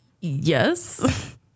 Yes